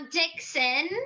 dixon